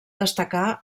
destacar